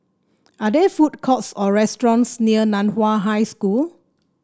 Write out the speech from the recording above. are there food courts or restaurants near Nan Hua High School